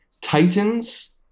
Titans